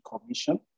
Commission